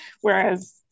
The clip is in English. whereas